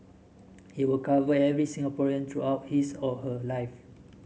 it will cover every Singaporean throughout his or her life